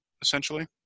essentially